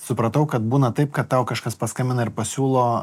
supratau kad būna taip kad tau kažkas paskambina ir pasiūlo